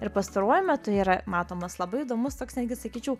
ir pastaruoju metu yra matomas labai įdomus toks netgi sakyčiau